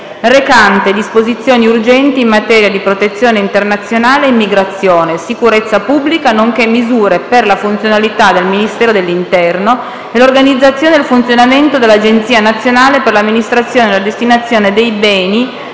recante disposizioni urgenti in materia di protezione internazionale e immigrazione, sicurezza pubblica, nonché misure per la funzionalità del Ministero dell'interno e l'organizzazione e il funzionamento dell'Agenzia nazionale per l'amministrazione e la destinazione dei beni